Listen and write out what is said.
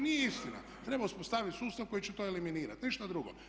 Nije istina, treba uspostaviti sustav koji će to eliminirati, ništa drugo.